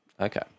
Okay